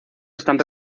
están